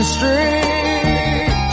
Street